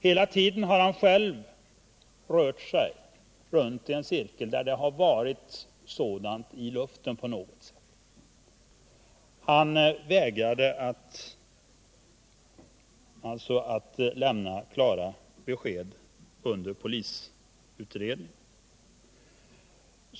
Hela tiden har han själv rört sig runt i en cirkel där sådan verksamhet legat i luften på något sätt, och han vägrade som sagt att lämna klara besked under polisutredningen.